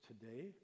today